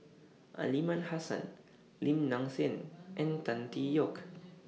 Aliman Hassan Lim Nang Seng and Tan Tee Yoke